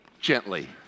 Gently